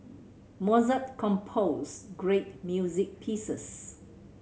Mozart composed great music pieces